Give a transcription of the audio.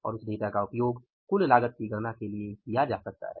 और उस डेटा का उपयोग कुल लागत की गणना के लिए किया जा सकता है